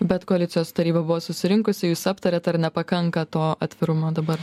bet koalicijos taryba buvo susirinkusi jūs aptarėt ar nepakanka to atvirumo dabar